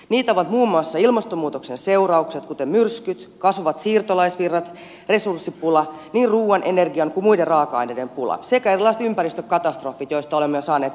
niitä ovat muun muassa ilmastonmuutoksen seuraukset kuten myrskyt kasvavat siirtolaisvirrat resurssipula niin ruuan energian kuin muiden raaka aineiden pula sekä erilaiset ympäristökatastrofit joista olemme jo saaneet esimakua